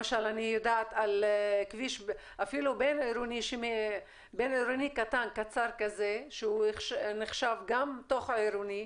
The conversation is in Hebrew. למשל אני יודעת על כביש אפילו בין-עירוני קצר שהוא נחשב גם תוך עירוני,